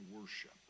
worship